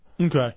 Okay